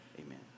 amen